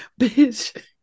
bitch